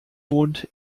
wohnt